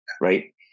right